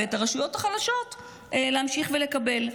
ואת הרשויות החלשות להמשיך ולקבל.